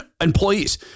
employees